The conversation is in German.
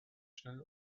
schnell